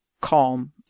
calm